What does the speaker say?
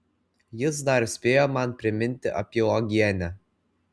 jis dar spėjo man priminti apie uogienę